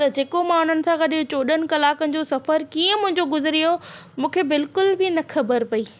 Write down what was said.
त जेको मां उन्हनि सां गॾु चोॾहनि कलाकनि जो सफ़र कीअं मुंहिंजो गुज़री वियो मूंखे बिल्कुलु बि न ख़बर पेई